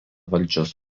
valdžios